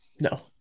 No